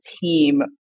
team